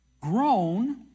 grown